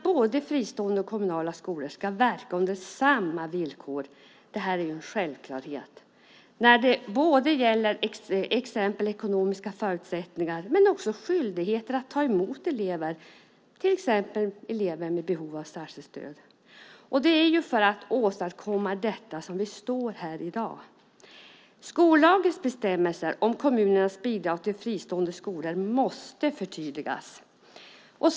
Både fristående och kommunala skolor ska verka under samma villkor. Det är ju en självklarhet när det gäller både ekonomiska förutsättningar och skyldigheten att ta emot elever, till exempel elever med behov av särskilt stöd. Det är för att åstadkomma detta som vi står här i dag. Skollagens bestämmelser om kommunernas bidrag till fristående skolor måste förtydligas.